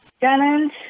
challenge